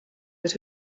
that